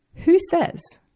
who says?